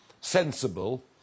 sensible